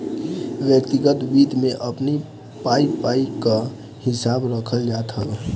व्यक्तिगत वित्त में अपनी पाई पाई कअ हिसाब रखल जात हवे